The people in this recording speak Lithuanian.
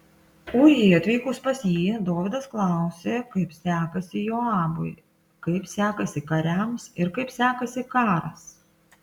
ūrijai atvykus pas jį dovydas klausė kaip sekasi joabui kaip sekasi kariams ir kaip sekasi karas